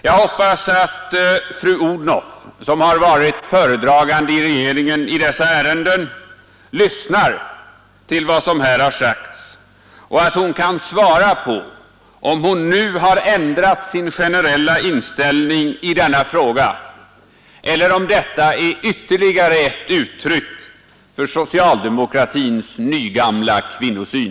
Jag hoppas att fru Odhnoff, som har varit föredragande i regeringen i dessa ärenden, lyssnar till vad som här har sagts och att hon kan svara på om hon nu har ändrat sin generella inställning i denna fråga eller om detta är ytterligare ett uttryck för socialdemokratins nygamla kvinnosyn.